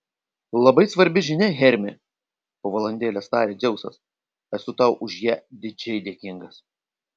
labai svarbi žinia hermi po valandėlės tarė dzeusas esu tau už ją didžiai dėkingas